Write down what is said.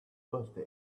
birthday